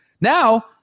Now